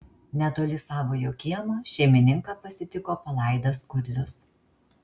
netoli savojo kiemo šeimininką pasitiko palaidas kudlius